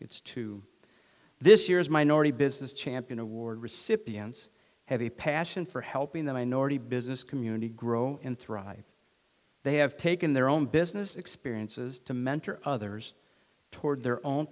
it's two this year's minority business champion award recipients have a passion for helping the minority business community grow and thrive they have taken their own business experiences to mentor others toward their own